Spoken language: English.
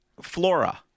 flora